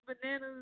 bananas